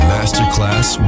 Masterclass